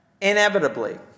inevitably